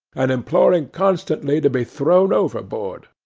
and imploring constantly to be thrown overboard.